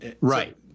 right